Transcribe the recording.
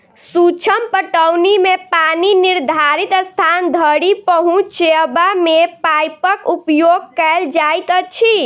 सूक्ष्म पटौनी मे पानि निर्धारित स्थान धरि पहुँचयबा मे पाइपक उपयोग कयल जाइत अछि